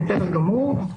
בסדר גמור.